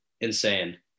insane